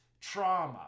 trauma